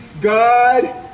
God